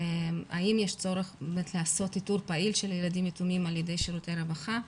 האם יש צורך לעשות איתור פעיל של ילדים יתומים על ידי שירותי הרווחה,